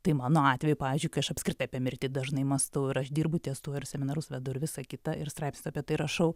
tai mano atveju pavyzdžiui kai aš apskritai apie mirtį dažnai mąstau ir aš dirbu ties tuo ir seminarus vedu ir visą kitą ir straipsnius apie tai rašau